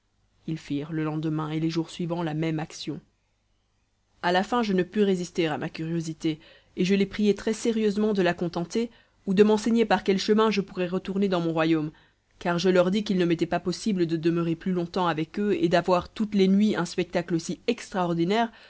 ils firent le lendemain et les jours suivants la même action à la fin je ne pus résister à ma curiosité et je les priai trèssérieusement de la contenter ou de m'enseigner par quel chemin je pourrais retourner dans mon royaume car je leur dis qu'il ne m'était pas possible de demeurer plus longtemps avec eux et d'avoir toutes les nuits un spectacle si extraordinaire